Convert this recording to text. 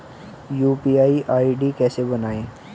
UPI ID कैसे बनाएं?